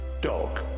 Dog